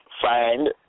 find